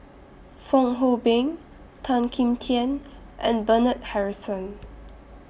Fong Hoe Beng Tan Kim Tian and Bernard Harrison